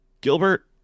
Gilbert